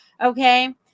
Okay